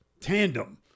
tandem